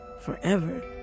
forever